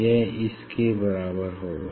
यह इस के बराबर होगा